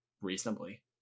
Reasonably